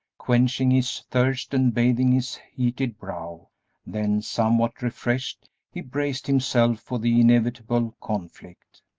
quenching his thirst and bathing his heated brow then, somewhat refreshed, he braced himself for the inevitable conflict.